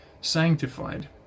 sanctified